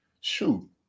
shoot